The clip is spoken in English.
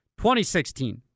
2016